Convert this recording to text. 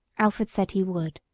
alfred said he would.